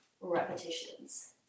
repetitions